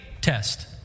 test